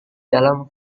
dalam